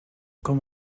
com